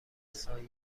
سایر